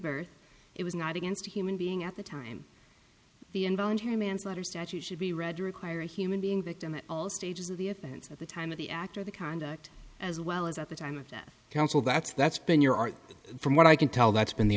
birth it was not against a human being at the time the involuntary manslaughter statute should be read to require a human being victim at all stages of the offense at the time of the actor the conduct as well as at the time of death counsel that's that's been your art from what i can tell that's